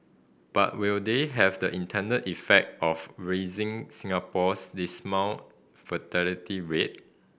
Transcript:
but will they have the intended effect of raising Singapore's dismal fertility rate